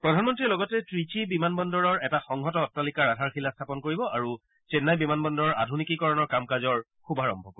প্ৰধানমন্ত্ৰীয়ে লগতে ত্ৰিচী বিমান বন্দৰৰ এটা সংহত অট্টালিকাৰ আধাৰশিলা স্থাপন কৰিব আৰু চেন্নাই বিমান বন্দৰৰ আধুনিকীকৰণৰ কাম কাজৰ শুভাৰম্ভ কৰিব